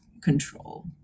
control